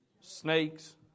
Snakes